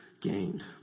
gained